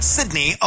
Sydney